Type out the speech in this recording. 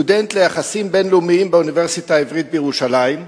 סטודנט ליחסים בין-לאומיים באוניברסיטה העברית בירושלים,